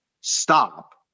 Stop